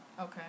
Okay